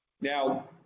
Now